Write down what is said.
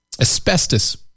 Asbestos